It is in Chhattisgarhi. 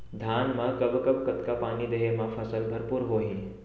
धान मा कब कब कतका पानी देहे मा फसल भरपूर होही?